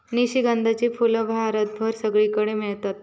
निशिगंधाची फुला भारतभर सगळीकडे मेळतत